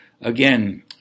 Again